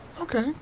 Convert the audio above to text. Okay